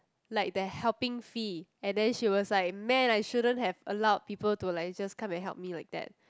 like the helping fee and then she was like man I shouldn't have allowed people to like just come and help me like that